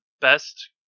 best